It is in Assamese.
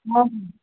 হয়